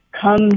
come